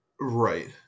Right